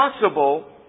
possible